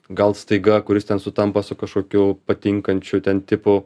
gal staiga kuris ten sutampa su kažkokiu patinkančiu ten tipu